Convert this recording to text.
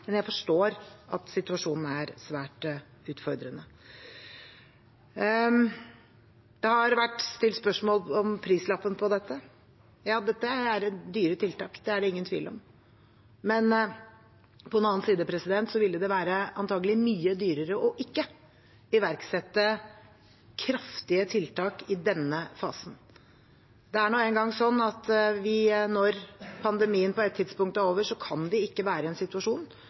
men jeg forstår at situasjonen er svært utfordrende. Det har vært stilt spørsmål om prislappen på dette. Ja, dette er dyre tiltak – det er det ingen tvil om. Men på den annen side ville det antagelig være mye dyrere ikke å iverksette kraftige tiltak i denne fasen. Det er nå engang sånn at når pandemien på et tidspunkt er over, kan vi ikke være i en situasjon